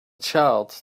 child